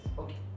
okay